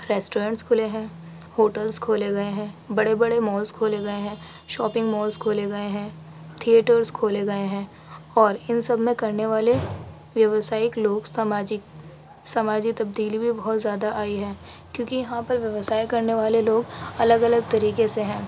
restaurant کھلے ہیں hotels کھولے گئے ہیں بڑے بڑے مالس کھولے گئے ہیں شاپنگ مالس کھولے گئے ہیں تھیئٹرز کھولے گئے ہیں اور ان سب میں کرنے والے ویوسایک لوگ سماجک سماجی تبدیلی بھی بہت زیادہ آئی ہے کیوں کہ یہاں پر ویوسائے کرنے والے لوگ الگ الگ طریقے سے ہیں